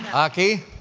aki,